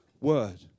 Word